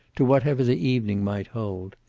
to whatever the evening might hold.